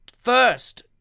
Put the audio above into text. first